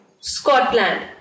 Scotland